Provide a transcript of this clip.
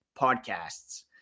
podcasts